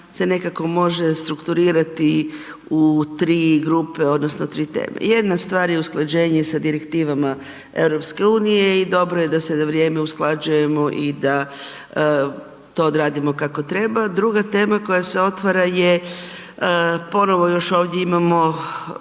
se nekako može strukturirati u tri grupe odnosno tri teme. Jedna stvar je usklađenje sa direktivama EU-a i dobro je da se na vrijeme usklađujemo i da to odradimo kako treba. Druga tema koja se otvara je ponovno još ovdje imamo,